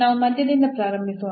ನಾವು ಮಧ್ಯದಿಂದ ಪ್ರಾರಂಭಿಸೋಣ